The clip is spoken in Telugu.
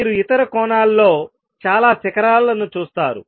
మీరు ఇతర కోణాల్లో చాలా శిఖరాలను చూస్తారు